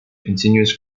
continuous